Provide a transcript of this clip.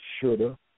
shoulda